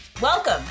Welcome